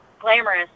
glamorous